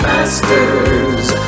Masters